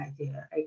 idea